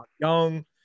young